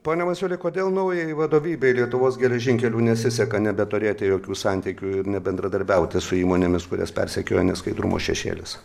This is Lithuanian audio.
pone masiuli kodėl naujai vadovybei lietuvos geležinkelių nesiseka nebeturėti jokių santykių ir nebendradarbiauti su įmonėmis kurias persekioja neskaidrumo šešėlis